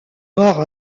mort